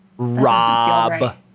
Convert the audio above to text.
Rob